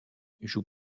joue